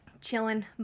chilling